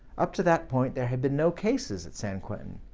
up to that point, there had been no cases at san quentin,